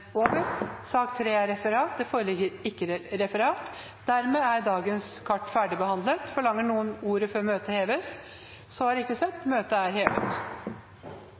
dagens kart ferdigbehandlet. Forlanger noen ordet før møtet heves? – Møtet er hevet.